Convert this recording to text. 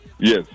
Yes